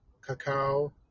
cacao